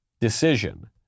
decision